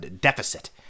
deficit